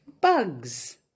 Bugs